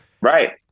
Right